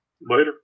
Later